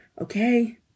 Okay